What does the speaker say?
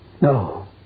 No